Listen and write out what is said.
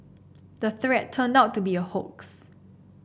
the threat turned out to be a hoax